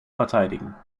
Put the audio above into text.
verteidigen